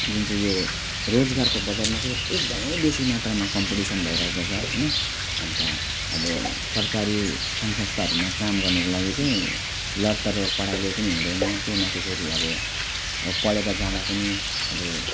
जुन चाहिँ यो रोजगारको बजारमा चाहिँ एकदमै बेसी मात्रामा कम्पिटिसन भइरहेको छ हैन अनि त अब सरकारी सङ्घ संस्थाहरूमा काम गर्नुको लागि चाहिँ लरतरको पढाइले पनि हुँदैन त्यहीँमाथि फेरि अब अब पढेर जाँदा पनि अब